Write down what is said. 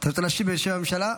אתה רוצה להשיב בשם הממשלה?